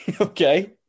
okay